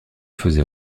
faisait